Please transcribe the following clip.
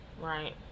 right